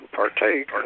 partake